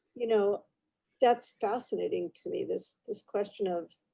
you know that's fascinating to me, this this question of